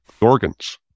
organs